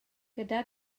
gyda